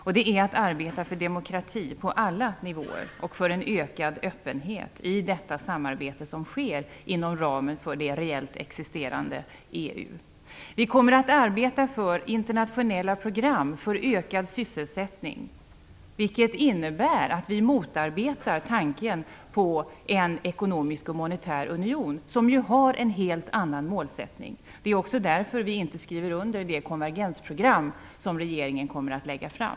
Vi kommer att arbeta för demokrati på alla nivåer och för en ökad öppenhet i det samarbete som sker inom ramen för det reellt existerande EU. Vi kommer att arbeta för internationella program för ökad sysselsättning. Det innebär att vi motarbetar tanken på en ekonomisk och monetär union. Den har ju en helt annan målsättning. Det är också därför vi inte skriver under det konvergensprogram som regeringen kommer att lägga fram.